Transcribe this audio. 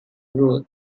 road